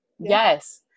Yes